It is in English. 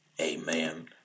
Amen